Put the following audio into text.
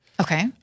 okay